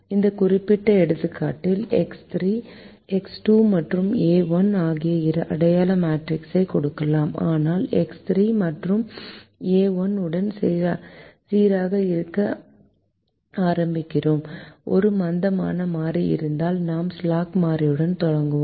இந்த குறிப்பிட்ட எடுத்துக்காட்டில் எக்ஸ் 2 மற்றும் ஏ 1 ஆகியவை அடையாள மேட்ரிக்ஸைக் கொடுக்கலாம் ஆனால் எக்ஸ் 3 மற்றும் ஏ 1 உடன் சீராக இருக்க ஆரம்பிக்கிறோம் ஒரு மந்தமான மாறி இருந்தால் நாம் ஸ்லாக் மாறியுடன் தொடங்குவோம்